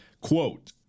Quote